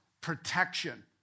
Protection